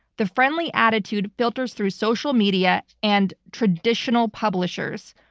the friendly attitude filters through social media and traditional publishers,